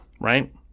Right